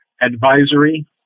Advisory